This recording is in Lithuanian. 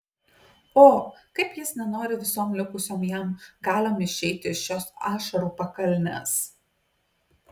o kaip jis nenori visom likusiom jam galiom išeiti iš šios ašarų pakalnės